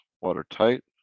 Watertight